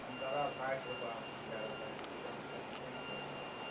संतरा साठि रूपआ एखन दै रहले हन सीजन चेंज छै ने होइ बला